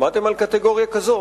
שמעתם על קטגוריה כזאת?